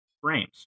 frames